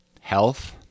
Health